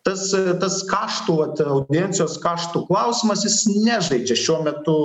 tas tas kaštų vat audiencijos kaštų klausimas jis nežaidžia šiuo metu